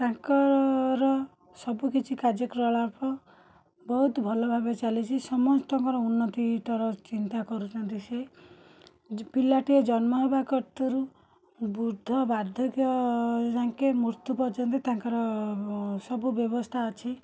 ତାଙ୍କର ର ସବୁ କିଛି କାର୍ଯ୍ୟକଳାପ ବହୁତ ଭଲ ଭାବରେ ଚାଲିଛି ସମସ୍ତଙ୍କର ଉନ୍ନତି କର ଚିନ୍ତା କରୁଛନ୍ତି ସେ ଯିଏ ପିଲାଟିଏ ଜନ୍ମ ହେବା କତିରୁ ବୃଦ୍ଧ ବାଧ୍ୟକ୍ୟ ଯାଏଁ ମୃତ୍ୟୁ ପର୍ଯ୍ୟନ୍ତ ତାଙ୍କର ସବୁ ବ୍ୟବସ୍ଥା ଅଛି